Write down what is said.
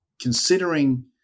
considering